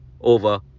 over